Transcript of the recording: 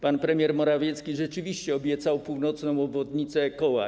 Pan premier Morawiecki rzeczywiście obiecał północną obwodnicę Koła.